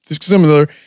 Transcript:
similar